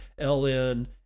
LN